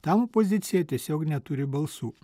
tam pozicija tiesiog neturi balsų